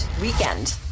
Weekend